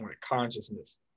consciousness